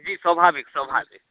जी स्वाभाविक स्वाभाविक